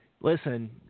listen